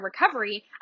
recovery